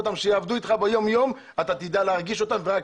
שיעבדו אתך ביום יום אתה תדע להרגיש אותם ורק